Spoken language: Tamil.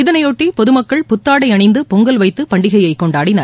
இதனையொட்டி பொது மக்கள் புத்தாடை அணிந்து பொங்கல் வைத்து பண்டிகையை கொண்டாடினர்